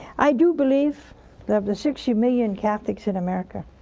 i do believe that the sixty million catholics in america